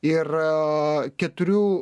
ir a keturių